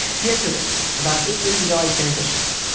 dear prudence, about eight years ago i transitioned.